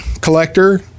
collector